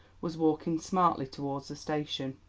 was walking smartly towards the station.